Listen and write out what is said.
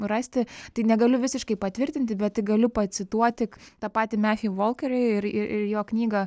rasti tai negaliu visiškai patvirtinti bet tik galiu pacituoti tą patį mathew walkerį ir ir jo knygą